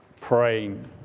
praying